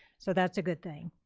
so that's a good thing.